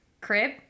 crib